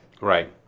Right